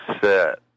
set